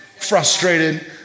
frustrated